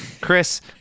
Chris